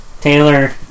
Taylor